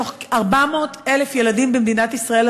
מתוך 400,000 ילדים במדינת ישראל,